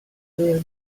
will